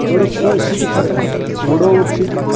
کوٚرُکھ سُہ سُہ تہِ ختم وٕڈووُکھ سُہ تہِ